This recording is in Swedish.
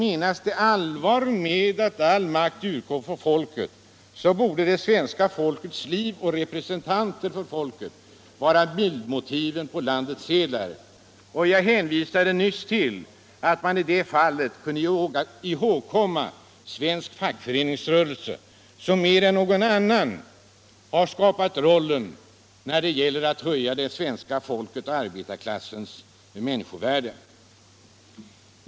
Menas det allvar med att all makt utgår från folket, borde det svenska folkets liv och representanter för folket vara bildmotiv på landets sedlar. Jag hänvisade nyss till att man i det fallet kunde ihågkomma svensk fackföreningsrörelse, som mer än någon annan har spelat en roll när det gällt att höja den svenska arbetarklassens människovärde.